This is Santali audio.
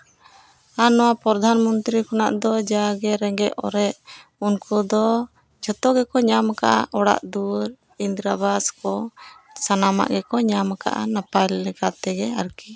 ᱟᱨ ᱱᱚᱣᱟ ᱯᱨᱚᱫᱷᱟᱱ ᱢᱚᱱᱛᱨᱤ ᱠᱷᱚᱱᱟᱜ ᱫᱚ ᱡᱟᱜᱮ ᱨᱮᱸᱜᱮᱡ ᱚᱨᱮᱡ ᱩᱱᱠᱩ ᱫᱚ ᱡᱷᱚᱛᱚ ᱜᱮᱠᱚ ᱧᱟᱢ ᱠᱟᱜᱼᱟ ᱚᱲᱟᱜ ᱫᱩᱣᱟᱹᱨ ᱤᱱᱫᱨᱟᱵᱟᱥ ᱠᱚ ᱥᱟᱱᱟᱢᱟᱜ ᱜᱮᱠᱚ ᱧᱟᱢ ᱠᱟᱜᱼᱟ ᱱᱟᱯᱟᱭ ᱞᱮᱠᱟ ᱛᱮᱜᱮ ᱟᱨᱠᱤ